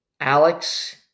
Alex